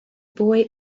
boy